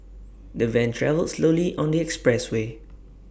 the van travelled slowly on the expressway